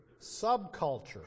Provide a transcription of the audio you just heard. subculture